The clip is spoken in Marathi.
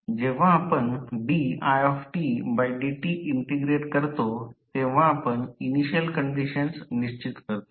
जेव्हा आपण didt इंटिग्रेट करतो तेव्हा आपण इनिशियल कंडिशन्स निश्चित करतो